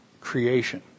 creation